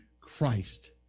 Christ